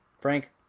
Frank